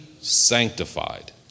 sanctified